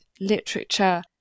literature